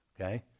Okay